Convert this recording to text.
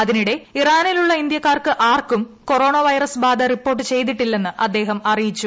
അതിനിടെ ഇറാനിലുള്ള ഇന്ത്യക്കാർക്ക് ആർക്കും കൊറോണ വൈറസ് ബാധ റിപ്പോർട്ട് ചെയ്തിട്ടില്ലെന്ന് അദ്ദേഹം അറിയിച്ചു